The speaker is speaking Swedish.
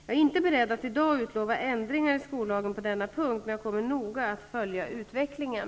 Jag är inte beredd att i dag utlova ändringar i skollagen på denna punkt, men jag kommer att noga följa utvecklingen.